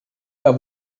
jahr